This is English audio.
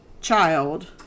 child